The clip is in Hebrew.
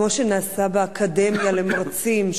כמו שנעשה באקדמיה למרצים,